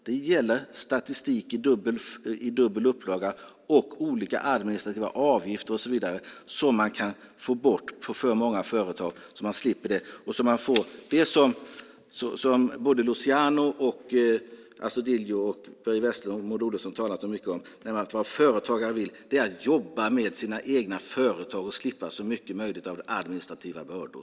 Det gäller statistik i dubbel upplaga, olika administrativa avgifter och så vidare som man kan få bort för många företag så att de får göra det som både Luciano Astudillo och Börje Vestlund liksom Maud Olofsson talat mycket om att företagare vill, nämligen att jobba med sina egna företag och slippa så mycket som möjligt av administrativa bördor.